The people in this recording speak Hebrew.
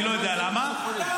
אני לא יודע למה ------ שלך?